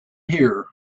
here